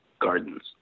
gardens